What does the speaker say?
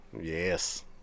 yes